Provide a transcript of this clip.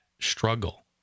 struggle